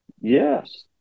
Yes